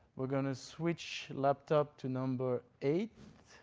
we're going to switch laptop to number eight.